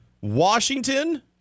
Washington